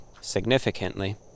significantly